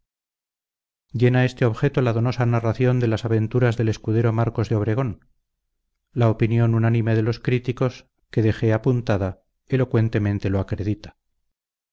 llena este objeto la donosa narración de las aventuras del escudero marcos de obregón la opinión unánime de los críticos que dejó apuntada elocuentemente lo acredita